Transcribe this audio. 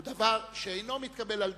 הוא דבר שאינו מתקבל על דעתי.